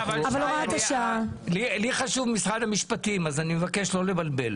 לי חשוב משרד המשפטים אז אני מבקש לא לבלבל.